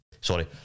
sorry